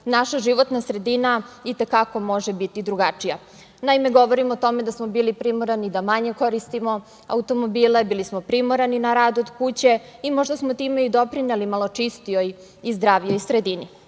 naša životna sredina i te kako može biti drugačija. Naime, govorim o tome da smo bili primorani da manje koristimo automobile, bili smo primorani na rad od kuće, možda smo time doprineli malo čistijoj i zdravijoj sredini.